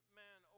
man